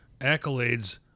accolades